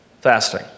fasting